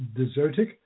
desertic